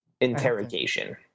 Interrogation